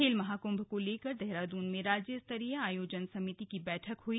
खेल महाकुंभ को लेकर देहरादून में राज्य स्तरीय आयोजन समिति की बैठक हुई